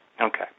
Okay